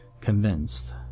convinced